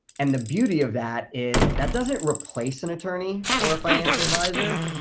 and the beauty of that is that doesn't replace an attorney or a financial advisor.